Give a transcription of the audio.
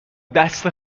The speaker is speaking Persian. دست